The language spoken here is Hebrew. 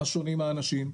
מה שונים האנשים?